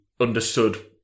understood